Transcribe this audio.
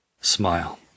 smile